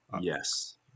Yes